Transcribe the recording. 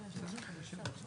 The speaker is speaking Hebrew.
להתייחסות.